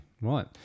right